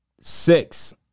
Six